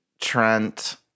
Trent